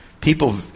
People